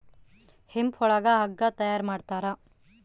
hemp ಒಳಗ ಹಗ್ಗ ತಯಾರ ಮಾಡ್ತಾರ